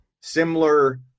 similar